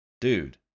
Dude